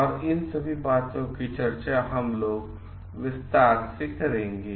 और इन सभी बातों की चर्चा हम लोग विस्तार से करेंगे